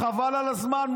חבל על הזמן,